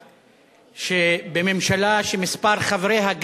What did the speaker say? יש, יש שר.